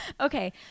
Okay